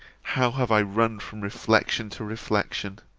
how have i run from reflection to reflection